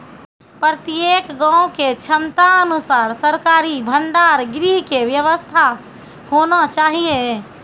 प्रत्येक गाँव के क्षमता अनुसार सरकारी भंडार गृह के व्यवस्था होना चाहिए?